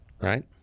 Right